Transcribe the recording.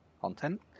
content